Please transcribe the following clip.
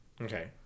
Okay